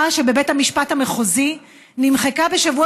כך קרה שבבית המשפט המחוזי נמחקה בשבוע